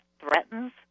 threatens